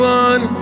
one